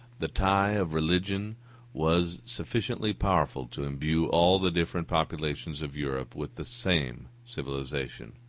the tie of religion was sufficiently powerful to imbue all the different populations of europe with the same civilization.